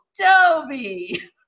Toby